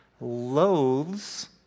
loathes